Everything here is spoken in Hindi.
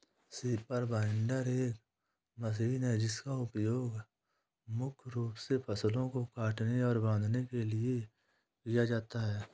रीपर बाइंडर एक मशीन है जिसका उपयोग मुख्य रूप से फसलों को काटने और बांधने के लिए किया जाता है